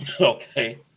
Okay